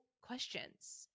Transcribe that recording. questions